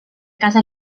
casa